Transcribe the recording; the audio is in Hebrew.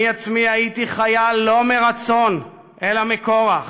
אני עצמי הייתי חייל לא מרצון, אלא מכורח.